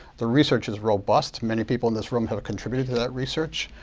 the research is robust. many people in this room have contributed to that research.